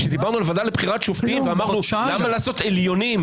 כשדיברנו על הוועדה לבחירת שופטים ואמרנו למה לעשות עליונים,